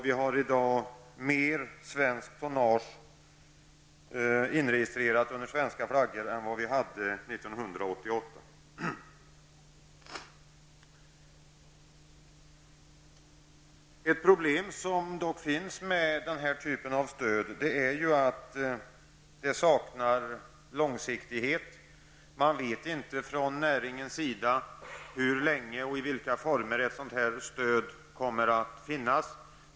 Vi har i dag mer svenskt tonnage inregistrerat under svenska flaggor än under 1988. Ett problem med den här typen av stöd är att det saknar långsiktighet. Från näringens sida vet man inte hur länge och i vilka former stödet kommer att finnas.